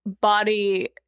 body